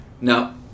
No